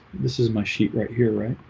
this is my sheet right here, right?